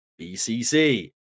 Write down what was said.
BCC